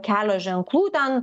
kelio ženklų ten